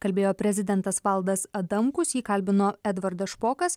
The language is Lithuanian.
kalbėjo prezidentas valdas adamkus jį kalbino edvardas špokas